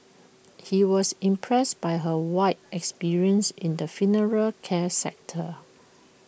he was impressed by her wide experience in the funeral care sector